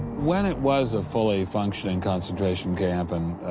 when it was a fully functioning concentration camp, and